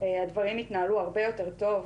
הדברים יתנהלו הרבה יותר טוב,